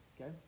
Okay